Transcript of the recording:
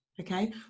okay